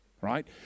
right